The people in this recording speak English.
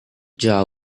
jar